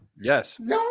Yes